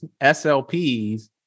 SLPs